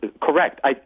Correct